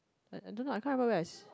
I I don't know I can't remember whether it's